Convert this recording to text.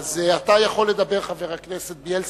אז אתה יכול לדבר, חבר הכנסת בילסקי,